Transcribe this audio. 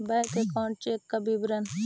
Bank account check का विवरण?